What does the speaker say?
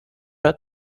her